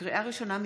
לקריאה ראשונה,